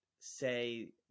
say